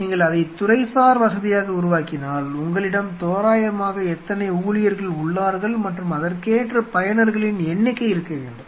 நீங்கள் அதை துறைசார் வசதியாக உருவாக்கினால் உங்களிடம் தோராயமாக எத்தனை ஊழியர்கள் உள்ளார்கள் மற்றும் அதற்கேற்ற பயனர்களின் எண்ணிக்கை இருக்க வேண்டும்